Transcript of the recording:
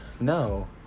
No